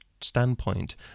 standpoint